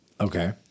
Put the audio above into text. Okay